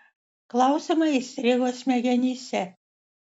klausimai įstrigo smegenyse